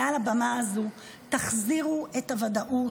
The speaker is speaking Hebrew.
מעל הבמה הזאת: תחזירו את הוודאות,